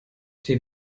der